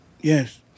Yes